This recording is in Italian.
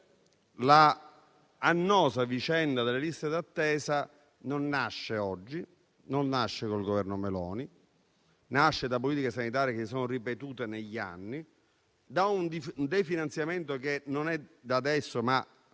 l'annosa vicenda delle liste d'attesa non nasce oggi, con il Governo Meloni, ma da politiche sanitarie ripetute negli anni, da un definanziamento che non è di adesso, ma